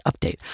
update